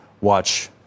watch